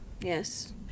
Yes